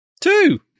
Two